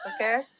Okay